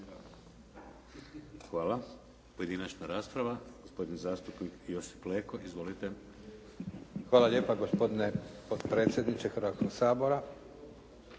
Hvala. Pojedinačna rasprava. Gospodin zastupnik Josip Leko. Izvolite. **Leko, Josip (SDP)** Hvala lijepa gospodine potpredsjedniče Hrvatskog sabora,